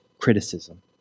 criticism